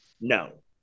No